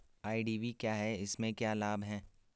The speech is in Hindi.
आई.डी.वी क्या है इसमें क्या लाभ है?